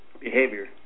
behavior